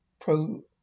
pro